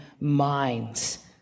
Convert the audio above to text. minds